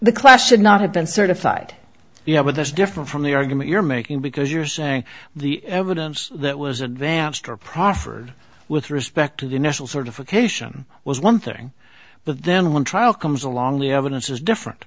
question not have been certified you know but that's different from the argument you're making because you're saying the evidence that was advanced or proffered with respect to the national certification was one thing but then one trial comes along the evidence is different